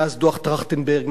מאז דוח-טרכטנברג,